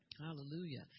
hallelujah